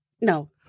No